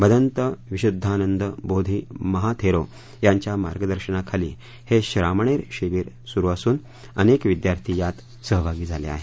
भदन्त विशुद्धानंद बोधी महाथेरो यांच्या मार्गदर्शनाखाली हे श्रामणेर शिबिर सुरु असून अनेक विद्यार्थी यात सहभागी झाले आहेत